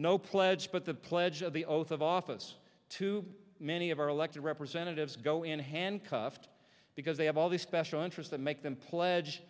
no pledge but the pledge of the oath of office to many of our elected representatives go in handcuffed because they have all these special interest that make them pledge